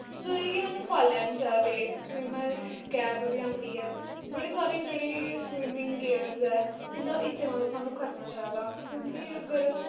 जेह्ड़े कि सानू पाई लैने चाहिदे न स्विमर कैप बी आंदी ऐ बड़ी सारी जेह्ड़ी स्विमिंग गेयर्स ऐ इं'दा इस्तेमाल सानू करना चाहिदा क्योंकि अगर